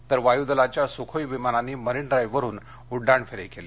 तर वायु दलाच्या सुखोई विमानांनी मरीन ड्राईववरुन उड्डाण फेरी केली